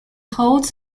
holds